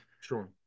sure